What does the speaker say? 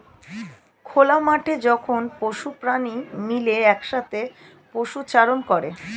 খোলা মাঠে যখন পশু প্রাণী মিলে একসাথে পশুচারণ করে